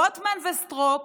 רוטמן וסטרוק